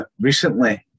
recently